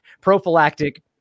prophylactic